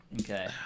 Okay